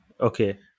Okay